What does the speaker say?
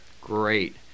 Great